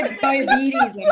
diabetes